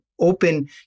open